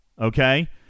okay